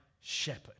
shepherd